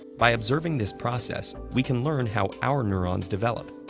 by observing this process, we can learn how our neurons develop,